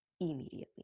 immediately